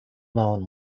known